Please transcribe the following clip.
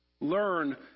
Learn